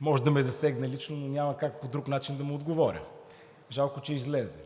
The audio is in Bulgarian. може да ме засегне лично, но няма как по друг начин да му отговоря. Жалко, че излезе.